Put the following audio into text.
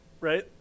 right